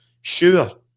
Sure